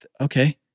okay